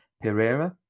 Pereira